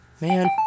Man